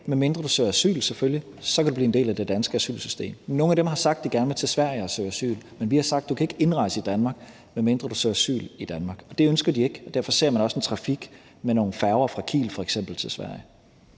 medmindre du søger asyl selvfølgelig; så kan du blive en del af det danske asylsystem. Nogle af dem har sagt, at de gerne vil til Sverige og søge asyl, men vi har sagt, at de ikke kan indrejse i Danmark, medmindre de søger asyl i Danmark, og det ønsker de ikke. Derfor ser man også en trafik med nogle færger fra f.eks. Kiel til Sverige.